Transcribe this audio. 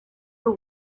the